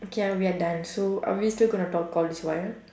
okay ya we are done so are we still gonna talk all this while